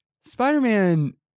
Spider-Man